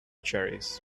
cherries